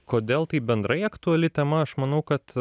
kodėl tai bendrai aktuali tema aš manau kad